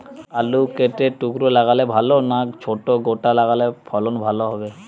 আলু কেটে টুকরো লাগালে ভাল না ছোট গোটা লাগালে ফলন ভালো হবে?